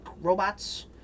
robots